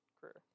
career